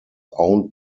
owned